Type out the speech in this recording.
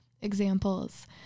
examples